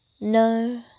no